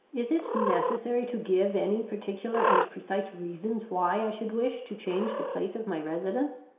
is it necessary to give any particular and precise reasons why i should wish to change the place of my residence?